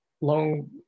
long